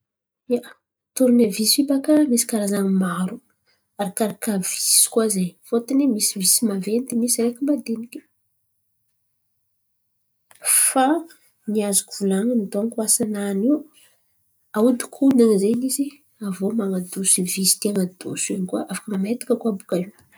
Ia, torinevisy io baka misy karazan̈y maro arakaKarà visy koa zen̈y fôtiny misy visy maventy misy araiky madiniky. Fa ny azoko volan̈iny donko asanany io ahodikodin̈y zen̈y izy aviô man̈adoso visy tian̈a adoso in̈y koa afaka mametaka koa baka io.